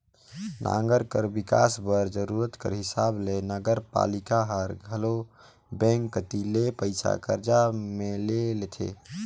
नंगर कर बिकास बर जरूरत कर हिसाब ले नगरपालिका हर घलो बेंक कती ले पइसा करजा में ले लेथे